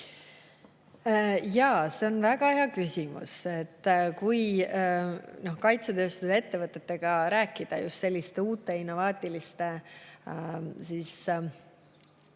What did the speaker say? Jaa, see on väga hea küsimus. Kui kaitsetööstusettevõtetega rääkida just selliste uute innovaatiliste võimete